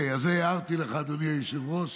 את זה הערתי לך, אדוני היושב-ראש.